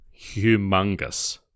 humongous